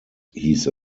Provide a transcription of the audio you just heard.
hieß